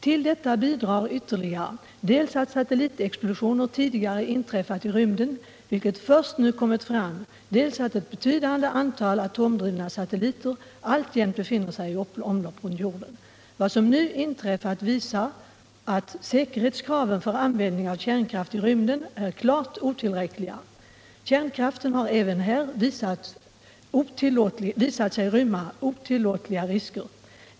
Till detta bidrar ytterligare dels att satellitexplosioner tidigare inträffat i rymden, vilket först nu kommit fram, dels att ett betydande antal atomdrivna satelliter alltjämt befinner sig i omlopp runt jorden. Vad som inträffat visar att säkerhetskraven för användning av kärnkraft i rymden är klart otillräckliga. Kärnkraften har även här visat sig rymma otillåtliga risker.